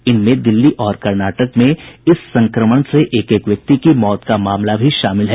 इनमें दिल्ली और कर्नाटक में इस संक्रमण से एक एक व्यक्ति की मौत का मामला भी शामिल है